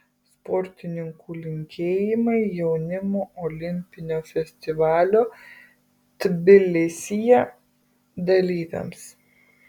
sportininkų linkėjimai jaunimo olimpinio festivalio tbilisyje dalyviams